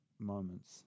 moments